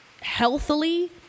healthily